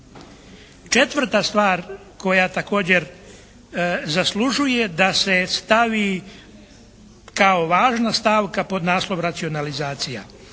Četvrta stvar koja također zaslužuje da se stavi kao važna stavka pod naslov racionalizacija